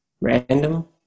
random